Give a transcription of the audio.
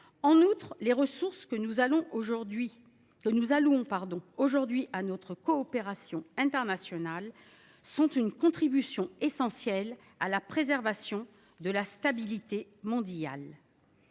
En outre, les ressources que nous allouons aujourd’hui à notre coopération internationale sont une contribution essentielle à la préservation de la stabilité mondiale.